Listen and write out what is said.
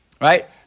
right